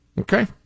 Okay